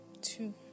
Two